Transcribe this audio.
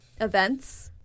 events